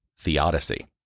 theodicy